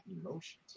emotions